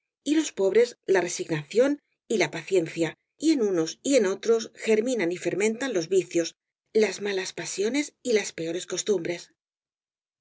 y los pobres la resignación y la paciencia y en unos y en otros germinan y fermen tan los vicios las malas pasiones y las peores